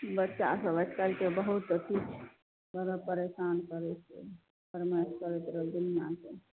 बच्चा सब आजकलके बहुत अथी छै बड़ा परेशान करैत छै फरमाइश करैत रहैत छै दुनिआके